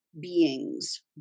beings